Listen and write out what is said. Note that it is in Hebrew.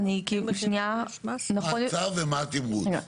מה הצו ומה התמרוץ.